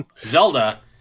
Zelda